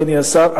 אדוני השר,